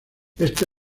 este